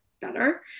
better